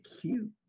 cute